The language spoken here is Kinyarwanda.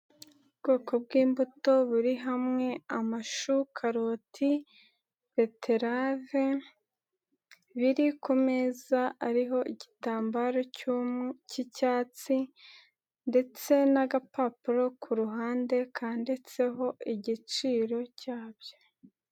Ubwoko bw'imbuto buri hamwe, amashu, karoti beterave, biri ku meza ariho igitambaro cy'icyatsi ndetse n'agapapuro ku ruhande kandinditseho igiciro cyabyo.